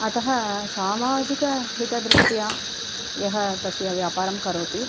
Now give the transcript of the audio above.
अतः सामाजिकहितदृष्ट्या यः तस्य व्यापारं करोति